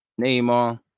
Neymar